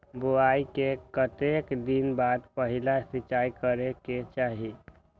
बोआई के कतेक दिन बाद पहिला सिंचाई करे के चाही?